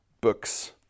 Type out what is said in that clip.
books